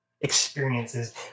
experiences